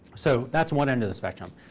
so that's one end of the spectrum.